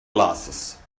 glasses